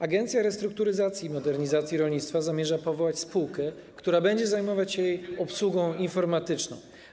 Agencja Restrukturyzacji i Modernizacji Rolnictwa zamierza powołać spółkę, która będzie zajmować się jej obsługą informatyczną.